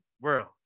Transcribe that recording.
world